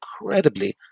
incredibly